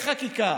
בחקיקה.